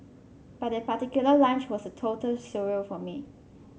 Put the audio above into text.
but that particular lunch was a total surreal for me